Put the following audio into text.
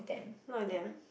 look like them